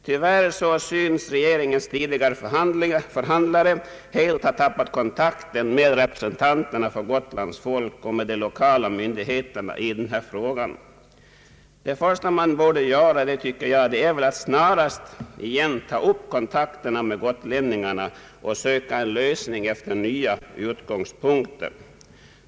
Tyvärr synes regeringens förhandlare helt ha tappat kontakten med representanterna för Gotlands folk och med de lokala myndigheterna i denna fråga. Det första man borde göra är väl att snarast igen ta upp kontakterna med gotlänningarna och söka en lösning från nya utgångspunkter.